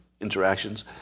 interactions